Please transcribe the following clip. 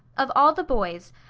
of all the boys,